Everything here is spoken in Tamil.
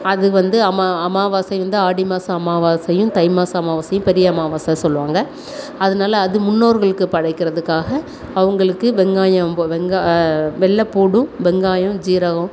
அது வந்து அம்மா அமாவாசை வந்து ஆடி மாத அமாவாசையும் தை மாத அமாவாசையும் பெரிய அமாவாசை சொல்லுவாங்க அதனால அது முன்னோர்களுக்கு படைக்கிறதுக்காக அவங்களுக்கு வெங்காயம் வெங்கா வெள்ளைப்பூண்டு வெங்காயம் சீரகம்